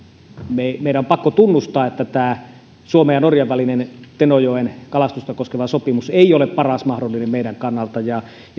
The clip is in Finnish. meidän on pakko tunnustaa että tämä suomen ja norjan välinen tenojoen kalastusta koskeva sopimus ei ole paras mahdollinen meidän kannaltamme ja